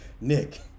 Nick